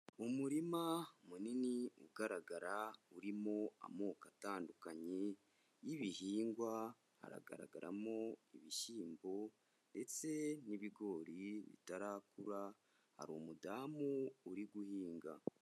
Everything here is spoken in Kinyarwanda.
Umurima munini ugaragara urimo amoko atandukanye y'ibihingwa, haragaragaramo ibishyimbo ndetse n'ibigori bitarakura, hari umudamu uri guhinga.